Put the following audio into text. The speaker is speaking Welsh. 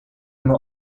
yma